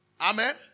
Amen